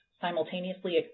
simultaneously